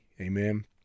Amen